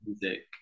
music